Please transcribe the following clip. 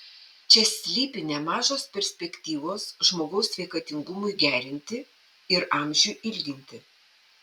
čia slypi nemažos perspektyvos žmogaus sveikatingumui gerinti ir amžiui ilginti